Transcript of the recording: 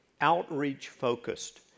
outreach-focused